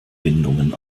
windungen